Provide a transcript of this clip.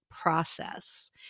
process